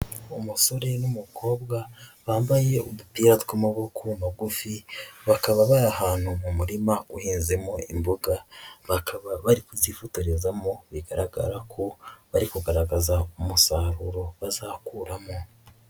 Umusore n'umukobwa bambaye udupira tw'amaboko magufi, bakaba bari ahantu mu murima uhinzemo imboga, bakaba bari kuzifotorezamo bigaragara ko bari kugaragaza umusaruro bazakuramo.